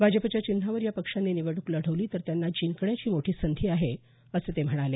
भाजपच्या चिन्हावर या पक्षांनी निवडणूक लढवली तर त्यांना जिंकण्याची मोठी संधी आहे असं ते म्हणाले